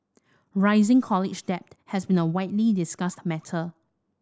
rising college debt has been a widely discussed matter